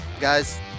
guys